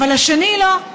אבל השני לא.